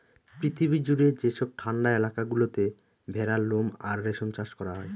পৃথিবী জুড়ে যেসব ঠান্ডা এলাকা গুলোতে ভেড়ার লোম আর রেশম চাষ করা হয়